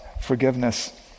Forgiveness